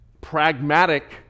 pragmatic